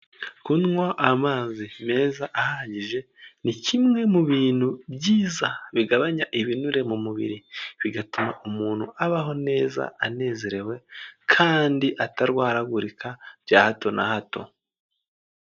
Kunywa amazi meza ahagije ni kimwe mu bintu byiza, bigabanya ibinure mu mubiri, bigatuma umuntu abaho neza anezerewe, kandi atarwaragurika bya hato na hato.